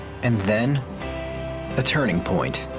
and then a turning point.